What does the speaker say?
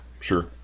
sure